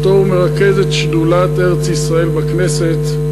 בתור מרכזת שדולת ארץ-ישראל בכנסת,